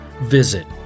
Visit